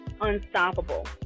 unstoppable